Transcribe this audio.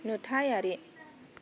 नुथायारि